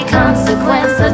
consequence